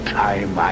time